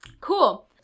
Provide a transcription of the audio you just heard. cool